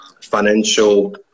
financial